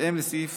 בהתאם לסעיף